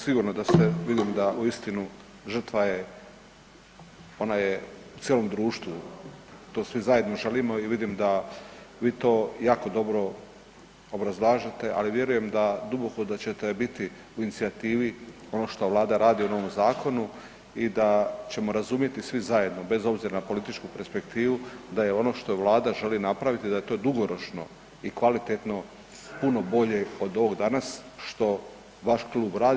Sigurno da ste vidim da uistinu žrtva je ona je cijelom društvu to svi zajedno želimo i vidim da vi to jako dobro obrazlažete, ali vjerujem duboko da ćete biti u inicijativi ono što Vlada radi u novom zakonu i da ćemo razumjeti svi zajedno bez obzira na političku perspektivu da je ono što Vlada želi napraviti da je to dugoročno i kvalitetno puno bolje od ovog danas što vaš klub radi.